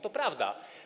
To prawda.